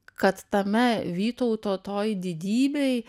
kad tame vytauto toj didybei